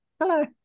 hello